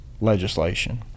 legislation